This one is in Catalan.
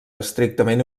estrictament